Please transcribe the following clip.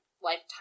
lifetime